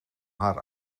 haar